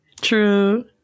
True